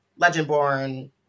Legendborn